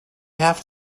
have